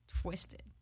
twisted